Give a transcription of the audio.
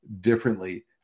differently